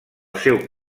seu